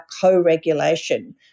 co-regulation